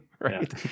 Right